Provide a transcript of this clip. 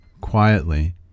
quietly